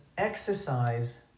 Exercise